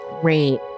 great